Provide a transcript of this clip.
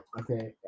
Okay